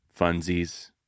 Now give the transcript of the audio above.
funsies